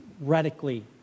radically